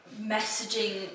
messaging